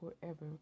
forever